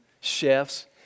chefs